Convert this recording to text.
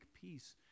peace